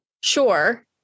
Sure